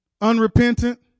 unrepentant